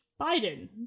biden